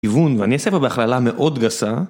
כיוון ואני אעשה בה בהכללה מאוד גסה